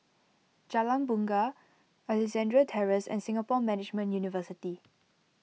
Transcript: Jalan Bungar Alexandra Terrace and Singapore Management University